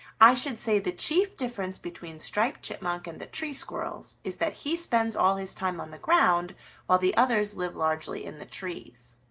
i should say the chief difference between striped chipmunk and the tree squirrels is that he spends all his time on the ground while the others live largely in the trees.